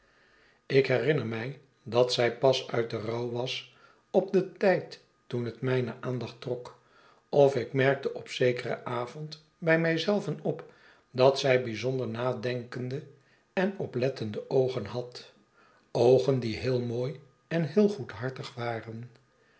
ik herinner mij dat zij pas uit den rouw was op den tijd toen het mijne aandacht trok of ik merkte op zekeren avond bij mij zelven op dat zij bijzonder nadenkende en oplettendeoogen had oogen die heel mooi en heel goedhartig waren